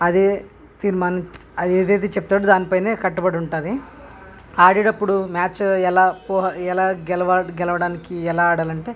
అదే తీర్మాణాన్ని అది ఏదైతే చెబుతాడో దానిపైనే కట్టుబడి ఉంటుంది ఆడేటప్పుడు మ్యాచ్ ఎలా ఎలా గెలవ గెలవడానికి ఎలా ఆడాలంటే